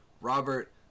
Robert